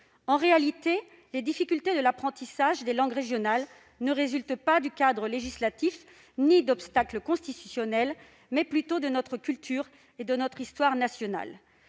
En réalité, les difficultés de l'apprentissage des langues régionales ne résultent ni du cadre législatif ni d'obstacles constitutionnels, mais plutôt de notre culture et de notre histoire nationale.